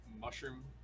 mushroom